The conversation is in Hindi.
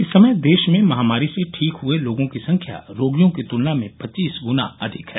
इस समय देश में महामारी से ठीक हुए लोगों की संख्या रोगियों की तुलना में पच्चीस गुना अधिक है